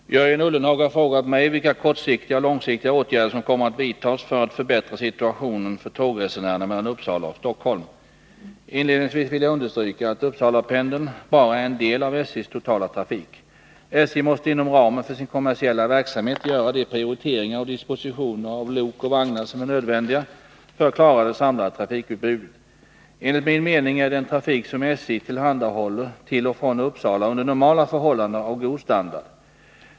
Herr talman! Jörgen Ullenhag har frågat mig vilka kortsiktiga och långsiktiga åtgärder som kommer att vidtas för att förbättra situationen för tågresenärerna mellan Uppsala och Stockholm. Inledningsvis vill jag understryka att Uppsalapendeln bara är en del av SJ:s totala trafik. SJ måste inom ramen för sin kommersiella verksamhet göra de prioriteringar och dispositioner av lok och vagnar som är nödvändiga för att klara det samlade trafikutbudet. Enligt min mening är den trafik som SJ tillhandahåller till och från Uppsala under normala förhållanden av god standard.